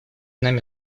нами